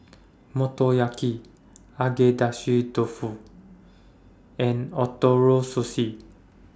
Motoyaki Agedashi Dofu and Ootoro Sushi